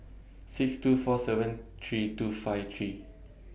six two four seven three two five three